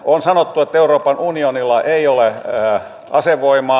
on sanottu että euroopan unionilla ei ole asevoimaa